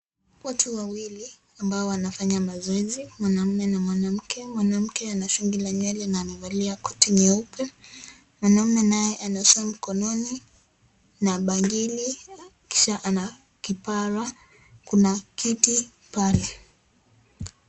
Watu wawili ambao wanafanya mazoezi, mwanaume na mwanamke. Mwanamke ana shungi la nywele na amevalia koti nyeupe. Mwanaume naye ana saa mkononi na bangili, kisha ana kipara. Kuna kiti pale.